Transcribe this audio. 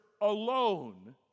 alone